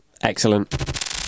Excellent